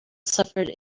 suffered